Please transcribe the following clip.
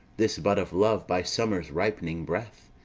this bud of love, by summer's ripening breath,